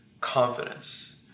Confidence